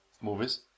movies